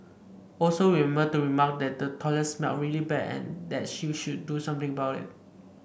also remember to remark that the toilet smelled really bad and that she should do something about it